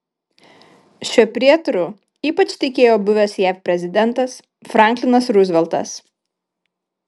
šiuo prietaru ypač tikėjo buvęs jav prezidentas franklinas ruzveltas